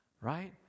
right